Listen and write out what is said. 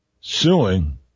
suing